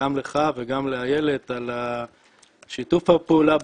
גם לך וגם לאיילת על שיתוף הפעולה,